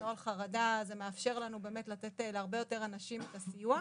נוהל חרדה זה מאפשר לנו לתת ליותר אנשים את הסיוע.